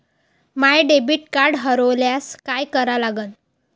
माय debit card हरोल्यास काय करा लागन?